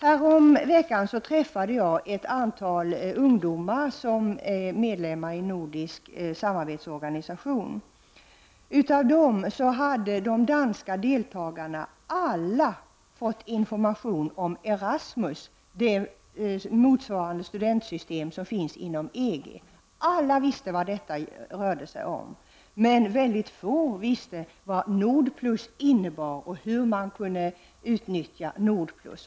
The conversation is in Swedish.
Häromveckan träffade jag ett antal ungdomar som var medlemmar i en nordisk samarbetsorganisation. Av dem hade de danska deltagarna alla fått information om Erasmus, motsvarande studentutbytesprogram inom EG. Alla visste vad detta rörde sig om, men väldigt få visste vad NORD-PLUS innebar och hur man kunde utnyttja denna verksamhet.